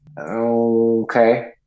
Okay